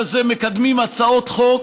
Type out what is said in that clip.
מקדמים הצעות חוק